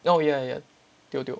oh ya ya tio tio